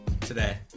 Today